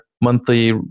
monthly